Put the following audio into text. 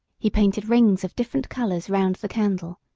he painted rings of different colours round the candle,